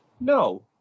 no